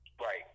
Right